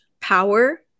power